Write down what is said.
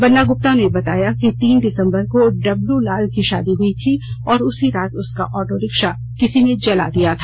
बन्ना गुप्ता ने बताया कि तीन दिसंबर को डब्लू लाल की शादी हुई थी और उसी रात उसका ऑटो रिक्शा किसी ने जला दिया था